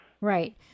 Right